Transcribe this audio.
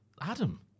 Adam